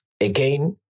Again